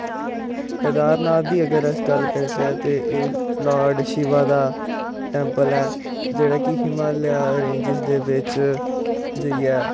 केदार नाथ दी अगर अस गल्ल करचै ते एह् लार्ड शिवा दा टैंपल ऐ जेह्ड़ा कि हिमालय रेंजिस दे बिच्च जाइयै